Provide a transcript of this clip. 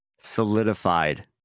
solidified